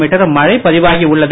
மீட்டரும் மழை பதிவாகி உள்ளது